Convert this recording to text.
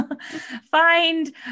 Find